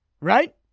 right